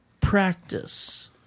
Practice